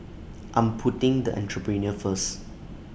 I'm putting the Entrepreneur First